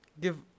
give